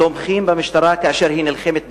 תומכים במשטרה כאשר היא נלחמת בסמים,